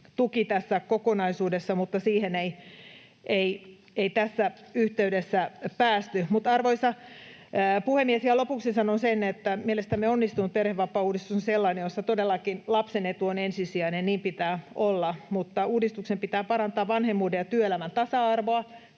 tuki tässä kokonaisuudessa, mutta siihen ei tässä yhteydessä päästy. Arvoisa puhemies! Vielä lopuksi sanon sen, että mielestämme onnistunut perhevapaauudistus on sellainen, missä todellakin lapsen etu on ensisijainen — niin pitää olla — mutta uudistuksen pitää parantaa vanhemmuuden ja työelämän tasa-arvoa.